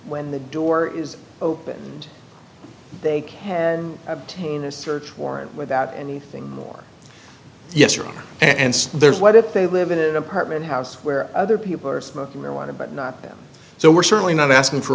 when the door is opened they can obtain a search warrant without anything more and there's what if they live in an apartment house where other people are smoking marijuana but not so we're certainly not asking for